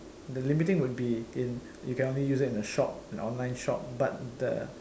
the limiting would be in you can only use it in a shop an online shop but the